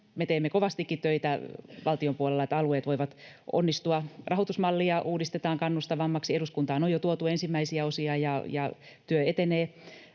teemme kovastikin töitä valtion puolella, että alueet voivat onnistua. Rahoitusmallia uudistetaan kannustavammaksi. Eduskuntaan on jo tuotu ensimmäisiä osia, ja työ etenee.